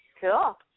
Cool